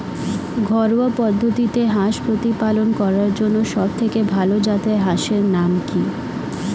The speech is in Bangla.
ঘরোয়া পদ্ধতিতে হাঁস প্রতিপালন করার জন্য সবথেকে ভাল জাতের হাঁসের নাম কি?